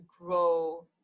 grow